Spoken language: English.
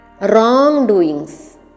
Wrongdoings